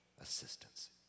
assistance